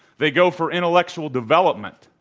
they go for intellectual development.